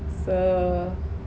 so